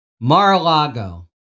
Mar-a-Lago